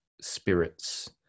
spirits